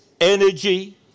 energy